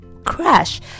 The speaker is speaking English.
Crash